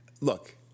look